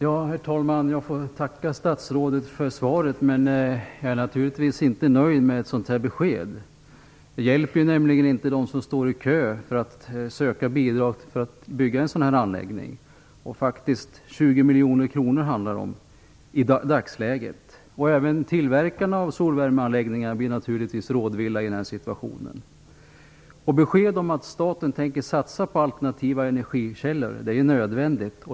Herr talman! Jag får tacka statsrådet för svaret, men jag är naturligtvis inte nöjd med beskedet. Det hjälper nämligen inte dem som står i kö för att söka bidrag till att bygga en solvärmeanläggning. Det handlar faktiskt om 20 miljoner kronor i dagsläget. Även tillverkarna av solvärmeanläggningar blir naturligtvis rådvilla i den här situationen. Besked om att staten tänker satsa på alternativa energikällor är nödvändigt.